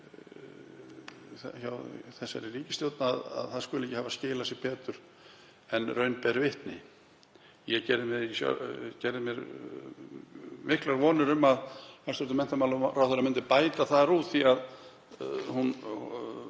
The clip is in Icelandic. þessari ríkisstjórn að það skuli ekki hafa skilað sér betur en raun ber vitni. Ég gerði mér miklar vonir um að hæstv. menntamálaráðherra myndi bæta þar úr því að henni